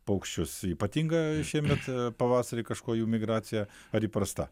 paukščius ypatinga šiemet pavasarį kažkuo jų migracija ar įprasta